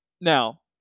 Now